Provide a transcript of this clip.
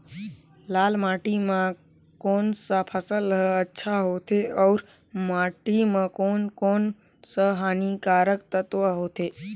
लाल माटी मां कोन सा फसल ह अच्छा होथे अउर माटी म कोन कोन स हानिकारक तत्व होथे?